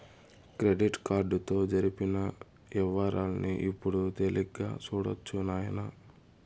credit కార్డుతో జరిపిన యవ్వారాల్ని ఇప్పుడు తేలిగ్గా సూడొచ్చు నాయనా